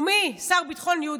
שר ביטחון לאומי,